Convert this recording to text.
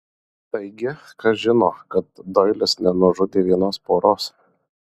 taigi kas žino kad doilis nenužudė vienos poros